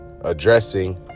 addressing